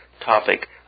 Topic